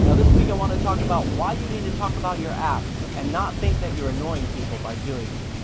ah this week i want to talk about why you need to talk about your app and not think that you're annoying people by doing it.